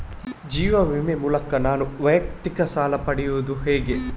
ಜೀವ ವಿಮೆ ಮೂಲಕ ನಾನು ವೈಯಕ್ತಿಕ ಸಾಲ ಪಡೆಯುದು ಹೇಗೆ?